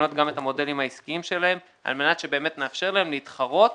לבנות גם את המודלים העסקיים שלהם על מנת שבאמת נאפשר להם להתחרות